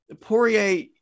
Poirier